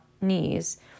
knees